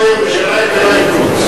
זה כמו ירושלים ולא אל-קודס.